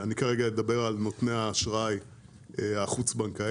אני אדבר על נותני אשראי חוץ-בנקאיים,